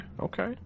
Okay